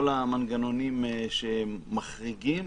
כל המנגנונים שמחריגים,